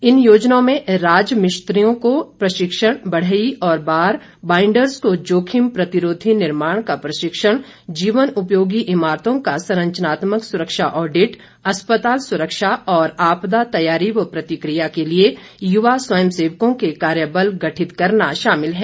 इन योजनाओं में राज मिस्त्रियों को प्रशिक्षण बढ़ई और बार बांइडर्ज़ को जोखिम प्रतिरोधी निर्माण का प्रशिक्षण जीवन उपयोगी इमारतों का संरचनात्मक सुरक्षा ऑडिट अस्पताल सुरक्षा और आपदा तैयारी व प्रतिकिया के लिए युवा स्वयंसेवकों के कार्यबल गठित करना शामिल है